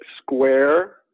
square